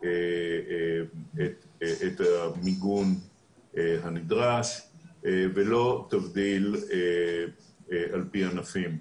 את המיגון הנדרש ולא תבדיל על פי ענפים.